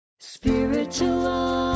Spiritual